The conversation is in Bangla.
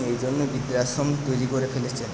এই জন্যই বৃদ্ধাশ্রম তৈরি করে ফেলেছে